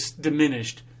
diminished